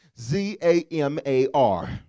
Z-A-M-A-R